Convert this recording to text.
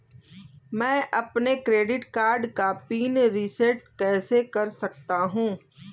मैं अपने credit card का पिन रिसेट कैसे कर सकता हूँ?